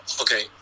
okay